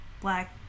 black